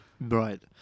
Right